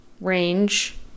range